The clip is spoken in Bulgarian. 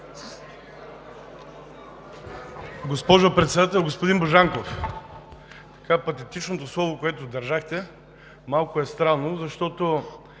Госпожо Председател! Господин Божанков, така патетичното слово, което държахте, малко е странно, защото